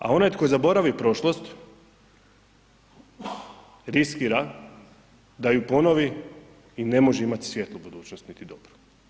A onaj tko zaboravi prošlost riskira da ju ponovi i ne može imati svjetlu budućnost niti dobru.